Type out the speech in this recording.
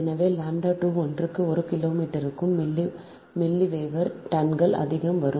எனவே λ 2 ஒன்றுக்கு ஒரு கிலோமீட்டருக்கு மில்லி வேவர் டன்கள் அதிகம் வரும்